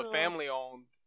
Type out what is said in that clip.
family-owned